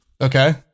Okay